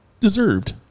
deserved